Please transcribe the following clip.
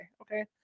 okay